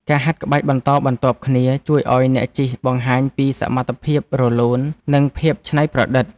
ការហាត់ក្បាច់បន្តបន្ទាប់គ្នា ជួយឱ្យអ្នកជិះបង្ហាញពីសមត្ថភាពរលូន និងភាពច្នៃប្រឌិត។